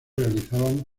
realizaban